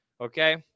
okay